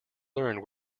learned